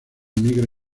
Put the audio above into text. negra